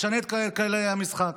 משנה את כללי המשחק.